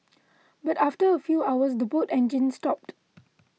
but after a few hours the boat engines stopped